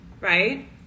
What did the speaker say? right